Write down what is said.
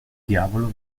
diavolo